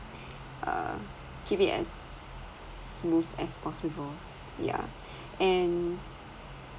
uh keep it as smooth as possible yeah and